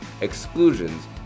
Exclusions